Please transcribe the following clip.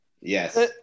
Yes